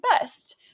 best